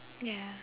ya